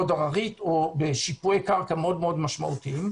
הררית או בשיפועי קרקע מאוד מאוד משמעותיים,